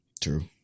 true